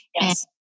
Yes